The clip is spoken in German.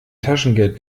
taschengeld